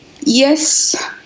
Yes